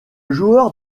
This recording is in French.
joueur